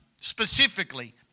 specifically